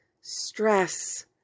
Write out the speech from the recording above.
stress